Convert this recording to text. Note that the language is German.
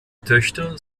töchter